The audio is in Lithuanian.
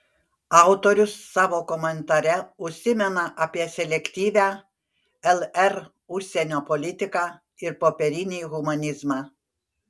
autorius savo komentare užsimena apie selektyvią lr užsienio politiką ir popierinį humanizmą